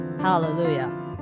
Hallelujah